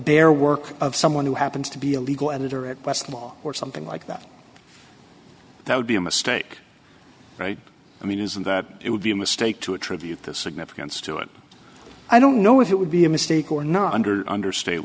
bare work of someone who happens to be a legal editor at best law or something like that that would be a mistake i mean isn't that it would be a mistake to attribute the significance to it i don't know if it would be a mistake or not under under state